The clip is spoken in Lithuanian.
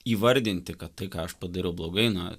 įvardinti kad tai ką aš padariau blogai na